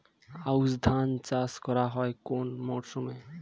আউশ ধান চাষ করা হয় কোন মরশুমে?